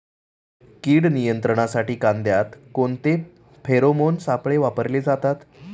कीड नियंत्रणासाठी कांद्यात कोणते फेरोमोन सापळे वापरले जातात?